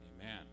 Amen